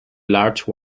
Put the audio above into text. large